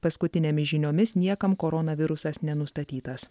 paskutinėmis žiniomis niekam koronavirusas nenustatytas